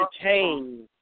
entertain